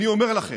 בושה.